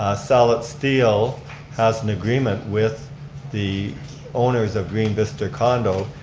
ah salit steel has an agreement with the owners of green vista condo,